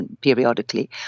periodically